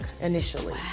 initially